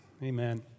Amen